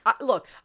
Look